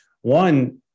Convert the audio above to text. one